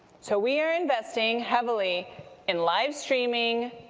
so we are investing heavily in live streaming,